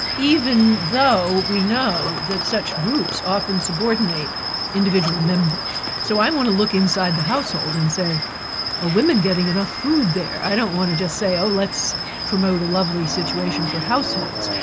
even though we know that such groups often subordinate individual members. so i want to look inside the household and say are women getting and food there? i don't want to just say on, let's promote a lovely situation for households.